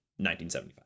1975